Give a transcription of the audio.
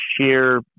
sheer